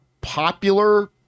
popular